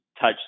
touch